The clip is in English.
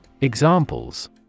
Examples